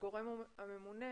הגורם הממונה